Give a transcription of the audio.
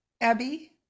Abby